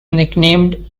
nicknamed